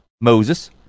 Moses